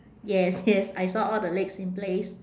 yes yes I saw all the legs in place